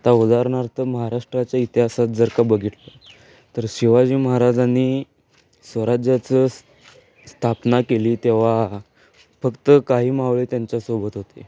आता उदाहरणार्थ महाराष्ट्राच्या इतिहासात जर का बघितलं तर शिवाजी महाराजांनी स्वराज्याची स्थापना केली तेव्हा फक्त काही मावळे त्यांच्यासोबत होते